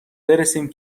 برسیم